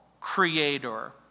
Creator